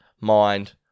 mind